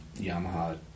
Yamaha